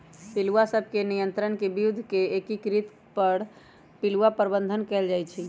पिलुआ सभ के नियंत्रण के विद्ध के एकीकृत कर पिलुआ प्रबंधन कएल जाइ छइ